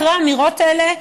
אחרי האמירות האלה,